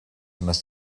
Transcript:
must